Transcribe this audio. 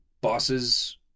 bosses